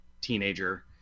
teenager